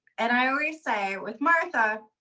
and i always say with martha,